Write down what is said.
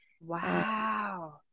Wow